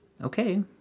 Okay